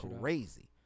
crazy